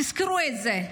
תזכרו את זה: